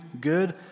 good